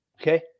okay